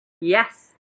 Yes